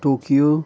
Tokyo